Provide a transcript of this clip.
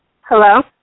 Hello